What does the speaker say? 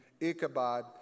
Ichabod